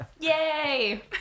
yay